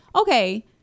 okay